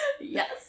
Yes